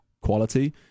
quality